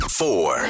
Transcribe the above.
four